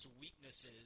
weaknesses